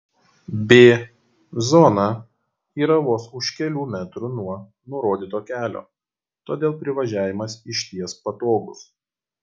b zona yra vos už kelių metrų nuo nurodyto kelio todėl privažiavimas išties patogus